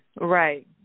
Right